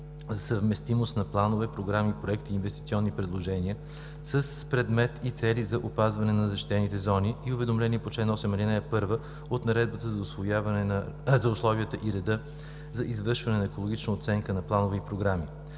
за съвместимост на планове, програми, проекти, инвестиционни предложения с предмет и цели за опазване на защитените зони и уведомление по чл. 8, ал. 1 от Наредбата за условията и реда за извършване на екологична оценка на планове и програми.